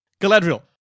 Galadriel